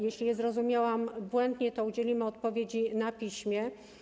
Jeśli je zrozumiałam błędnie, to udzielimy odpowiedzi na piśmie.